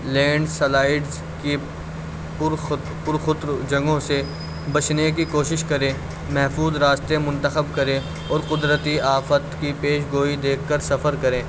land slides کی پرخطر جگہوں سے بچنے کی کوشش کریں محفوظ راستے منتخب کریں اور قدرتی آفت کی پیشگوئی دیکھ کر سفر کرے